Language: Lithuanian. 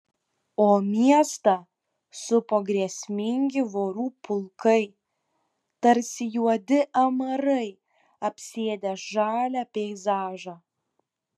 o miestą supo grėsmingi vorų pulkai tarsi juodi amarai apsėdę žalią peizažą